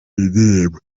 indirimbo